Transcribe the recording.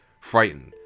frightened